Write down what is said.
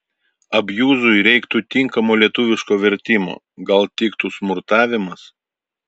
abjuzui reika tinkamo lietuviško vertimo gal tiktų smurtavimas